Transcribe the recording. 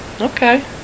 Okay